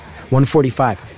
145